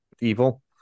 evil